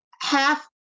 half